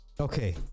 Okay